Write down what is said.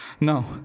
No